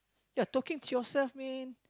you're talking to yourself man